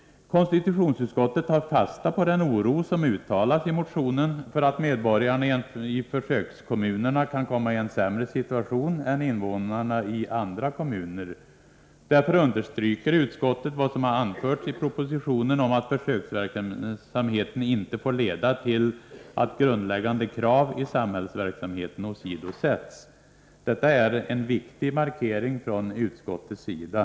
Konstitutionsutskottet tar fasta på den i motionen uttalade oron för att medborgarna i försökskommunerna kan komma i en sämre situation än invånarna i andra kommuner. Därför understryker utskottet vad som anförs i propositionen om att försöksverksamheten inte får leda till att grundläggande krav i samhällsverksamheten åsidosätts. Detta är en viktig markering från utskottets sida.